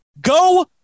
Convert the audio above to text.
Go